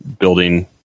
building